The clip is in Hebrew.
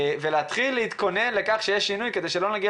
ולהתחיל להתכונן לכך שיהיה שינוי כדי שלא נגיע